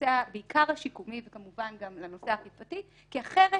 לנושא בעיקר השיקומי וכמובן גם לנושא האכיפתי כי אחרת